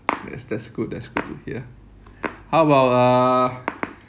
that's that's good that's good to hear how about uh